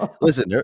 listen